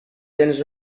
cents